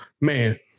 man